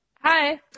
Hi